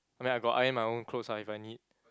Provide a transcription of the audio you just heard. I mean I got iron my own clothes lah if I need